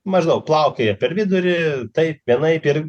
maždaug plaukioja per vidurį taip vienaip ir